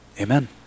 amen